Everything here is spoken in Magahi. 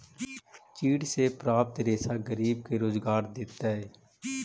चीड़ से प्राप्त रेशा गरीब के रोजगार देतइ